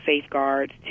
safeguards